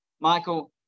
Michael